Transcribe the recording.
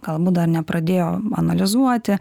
galbūt dar nepradėjo analizuoti